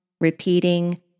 repeating